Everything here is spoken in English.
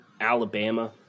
Alabama